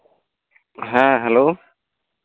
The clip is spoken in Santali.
ᱦᱮᱸ ᱦᱮᱞᱳ